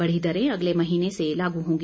बढ़ी दरें अगले महीने से लागू होंगी